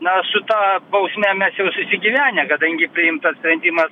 na su ta bausme mes jau susigyvenę kadangi priimtas sprendimas